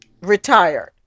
retired